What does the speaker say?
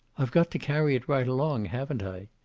i've got to carry it right along, haven't i?